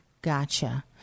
Gotcha